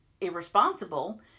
irresponsible